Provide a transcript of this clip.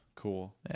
Cool